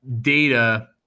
data